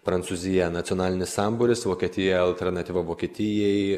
prancūzija nacionalinis sambūris vokietija alternatyva vokietijai